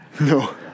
No